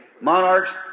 monarchs